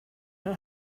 now